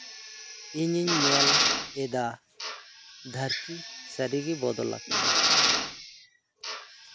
ᱤᱧᱤᱧ ᱧᱮᱞ ᱮᱫᱟ ᱫᱷᱟᱹᱨᱛᱤ ᱥᱟᱹᱨᱤᱜᱮ ᱵᱚᱫᱚᱞ ᱟᱠᱟᱱᱟ